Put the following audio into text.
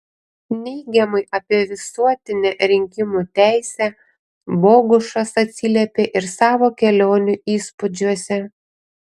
neigiamai apie visuotinę rinkimų teisę bogušas atsiliepė ir savo kelionių įspūdžiuose